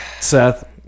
Seth